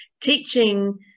teaching